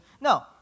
No